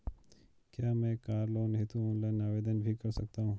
क्या मैं car loan हेतु ऑनलाइन आवेदन भी कर सकता हूँ?